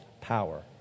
power